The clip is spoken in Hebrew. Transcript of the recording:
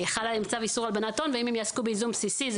חל עליהם צו איסור הלבנת הון ואם הם יעסקו בייזום בסיסי זה